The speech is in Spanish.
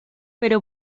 pero